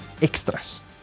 extras